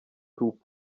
tout